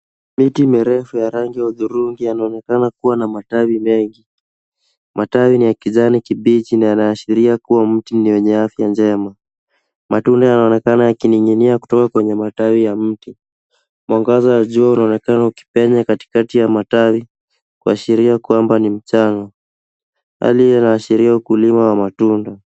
Miti mirefu ya rangi ya hudhurungi yanaonekana kuwa na matawi mengi. Matawi ni ya kijani kibichi na yanaonekana kuwa yenye afya njema. Matunda yananing'inia kutoka kwenye matawi na mti. Mwangaza wa jua unaonekana ukipenya katikati ya matawi kuashiria kwamba ni mchana. Hali inaashiria ukulima wa matunda.